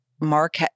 Mark